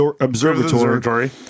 Observatory